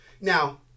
Now